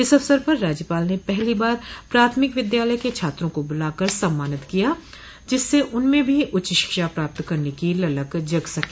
इस अवसर पर राज्यपाल ने पहली बार प्राथमिक विद्यालय के छात्रों को बुलाकर सम्मानित किया जिससे उनमें भी उच्च शिक्षा प्राप्त करने की ललक जग सके